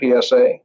PSA